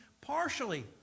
partially